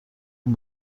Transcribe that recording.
اون